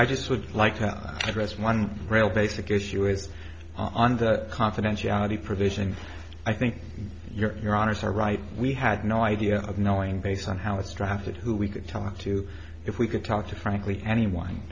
i just would like to address one real basic issue is on the confidentiality provision i think your your honour's are right we had no idea of knowing based on how it's drafted who we could talk to if we could talk to frankly anyone